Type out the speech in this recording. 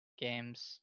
games